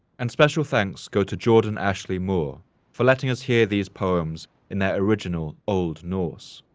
and special thanks go to jordan ashley moore for letting us hear these poems in their original old norse.